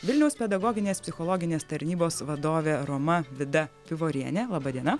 vilniaus pedagoginės psichologinės tarnybos vadovė roma vida pivorienė laba diena